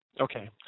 Okay